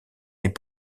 est